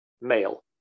male